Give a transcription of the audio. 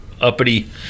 uppity